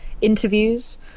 interviews